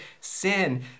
sin